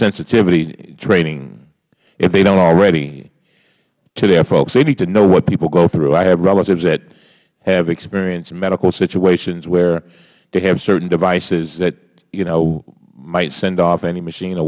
sensitivity training if they don't already to their folks they need to know what people go through i have relatives that have experienced medical situations where they have certain devices that might send off any machine or